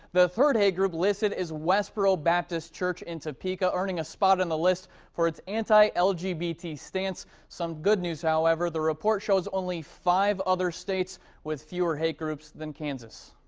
the third hate group listed is westboro bastist church in topeka. earning a spot on the list for its anti l g b t stance. some good news. the report shows only five other states with fewer hate groups than kansas.